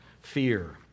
fear